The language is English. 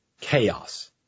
chaos